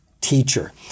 teacher